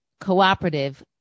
cooperative